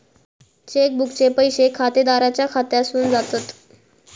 check बुकचे पैशे खातेदाराच्या खात्यासून जातत